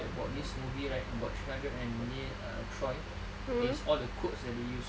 about this movie right about three hundred and ni ah troy is all the quotes that they used